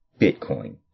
Bitcoin